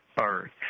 Earth